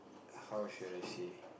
how should I say